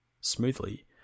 smoothly